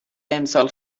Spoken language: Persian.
امسال